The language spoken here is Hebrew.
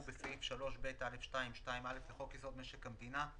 בסעיף 3ב(א2)(2א) לחוק-יסוד: משק המדינה,